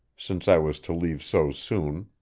since i was to leave so soon,